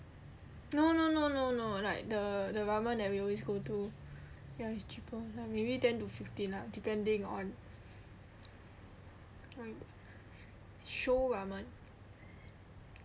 no no no no no like the the ramen that we always go to ya it's cheaper maybe ten to fifteen lah depending on like show ramen